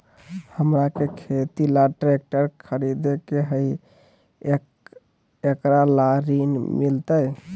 हमरा के खेती ला ट्रैक्टर खरीदे के हई, एकरा ला ऋण मिलतई?